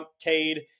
Cade